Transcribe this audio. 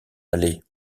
aller